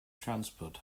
transport